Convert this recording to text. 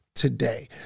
Today